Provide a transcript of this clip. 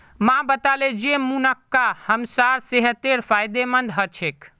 माँ बताले जे मुनक्का हमसार सेहतेर फायदेमंद ह छेक